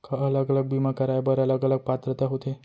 का अलग अलग बीमा कराय बर अलग अलग पात्रता होथे?